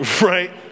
right